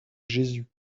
jésus